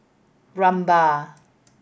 Rumbia